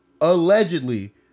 allegedly